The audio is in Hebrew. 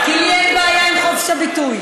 כי לי אין בעיה עם חופש הביטוי.